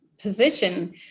position